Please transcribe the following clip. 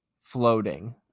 floating